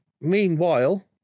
Meanwhile